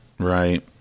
Right